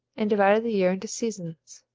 and divided the year into seasons.